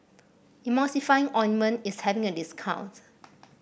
Emulsying Ointment is having a discount